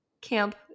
Camp